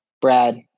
Brad